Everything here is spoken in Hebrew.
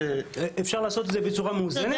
אפשר לעשות את זה בצורה מאוזנת,